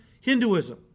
Hinduism